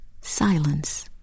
silence